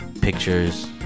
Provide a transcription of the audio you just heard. pictures